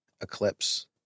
Eclipse